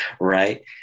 right